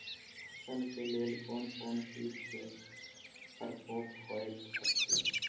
फसल के लेल कोन कोन किट के प्रकोप होयत अछि?